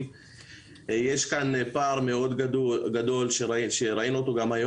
יש פה שני בנקים ורק אחד מהם